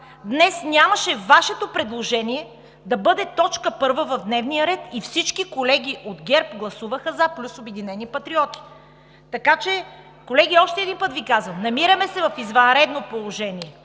днес Вашето предложение нямаше да бъде точка първа в дневния ред! И всички колеги от ГЕРБ гласуваха „за“, плюс „Обединени патриоти“. Колеги, още един път Ви казвам: намираме се в извънредно положение.